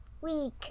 week